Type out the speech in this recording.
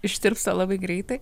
ištirpsta labai greitai